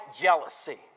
jealousy